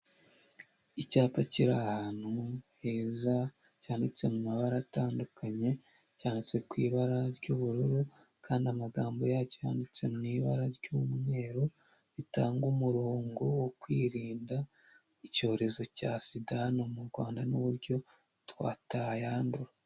Icyapa kiri ahantu heza cyanditse mu mabara atandukanye, cyanditse ku ibara ry'ubururu kandi amagambo yacyo yanditse mu ibara ry'umweru, ritanga umurongo wo kwirinda icyorezo cya sida hano mu Rwanda n'uburyo twatayandura.